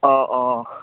অঁ অঁ